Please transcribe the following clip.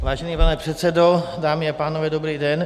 Vážený pane předsedo, dámy a pánové, dobrý den.